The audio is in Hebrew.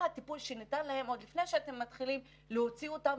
מה הטיפול שניתן להם עוד לפני שהוציאו אותם,